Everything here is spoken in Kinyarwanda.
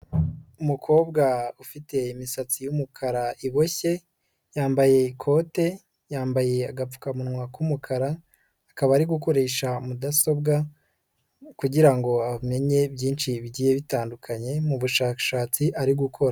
Umukobwa ufite imisatsi y'umukara iboshye, yambaye ikote, yambaye agapfukamunwa k'umukara, akaba ari gukoresha mudasobwa kugira ngo amenye byinshi bigiye bitandukanye mu bushakashatsi ari gukora.